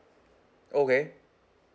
okay